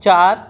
چار